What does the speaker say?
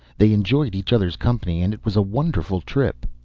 they enjoyed each other's company and it was a wonderful trip.